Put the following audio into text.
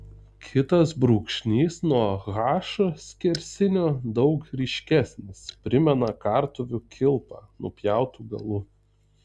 kitas brūkšnys nuo h skersinio daug ryškesnis primena kartuvių kilpą nupjautu galu